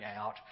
out